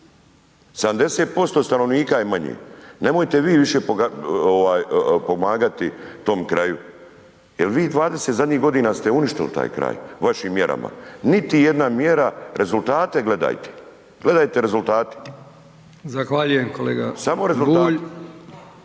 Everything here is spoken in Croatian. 70% stanovnika je manje. Nemojte vi više pomagati tom kraju jer vi 20 zadnjih godina ste uništili taj kraj vašim mjerama, niti jedna mjera, rezultate gledajte, gledajte rezultate. Samo rezultate.